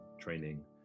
training